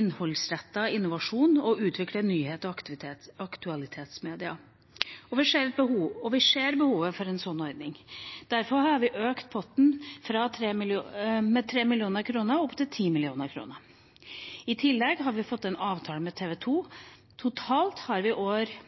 innholdsrettet innovasjon og å utvikle nyhets- og aktualitetsmedier. Vi ser behovet for en slik ordning. Derfor har vi økt potten med 3 mill. kr, opp til 10 mill. kr. I tillegg har vi fått en avtale med TV 2. Totalt har vi i år